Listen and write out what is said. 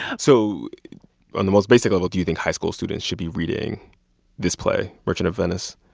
so on the most basic level, do you think high school students should be reading this play, merchant of venice?